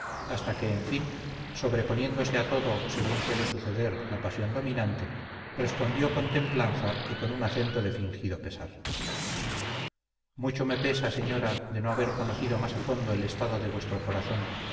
hasta que en fin sobreponiéndose a todo según suele suceder la pasión dominante respondió con templanza y con un acento de fingido pesar mucho me pesa señora de no haber conocido más a fondo el estado de vuestro corazón